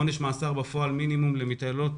עונש מאסר בפועל מינימום למתעללות